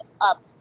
up